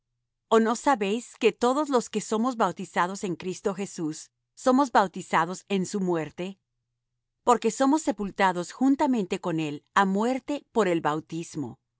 o no sabéis que todos los que somos bautizados en cristo jesús somos bautizados en su muerte porque somos sepultados juntamente con él á muerte por el bautismo